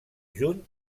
juny